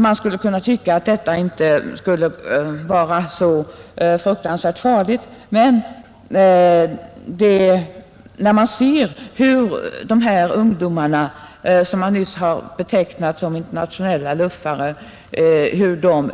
Man skulle kunna tycka att detta inte behöver vara så fruktansvärt farligt, men man kan se hur de här ungdomarna, som jag nyss har betecknat som internationella luffare,